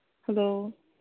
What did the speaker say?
hello